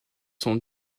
sont